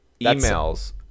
emails